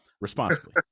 responsibly